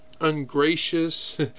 Ungracious